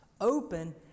open